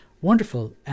wonderful